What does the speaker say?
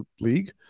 league